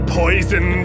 poison